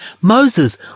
Moses